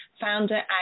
founder